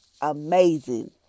amazing